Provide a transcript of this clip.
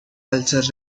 culture